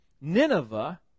Nineveh